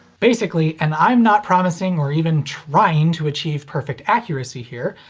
basically, and i'm not promising or even trying to achieve perfect accuracy here,